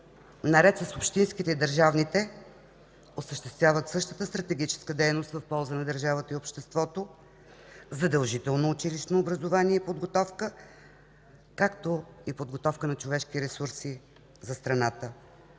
наред с общинските и държавните, осъществяват същата стратегическа дейност в полза на държавата и обществото – задължително училищно образование и подготовка, както и подготовка на човешки ресурси за страната,